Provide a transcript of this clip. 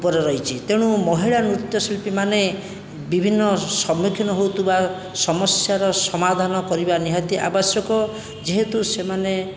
ଉପରେ ରହିଛି ତେଣୁ ମହିଳା ନୃତ୍ୟ ଶିଳ୍ପୀମାନେ ବିଭିନ୍ନ ସମ୍ମୁଖୀନ ହେଉଥିବା ସମସ୍ୟାର ସମାଧାନ କରିବା ନିହାତି ଆବଶ୍ୟକ ଯେହେତୁ ସେମାନେ